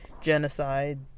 genocide